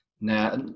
Now